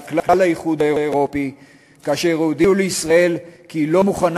כלל האיחוד האירופי כאשר הם הודיעו לישראל שהם לא מוכנים